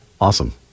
awesome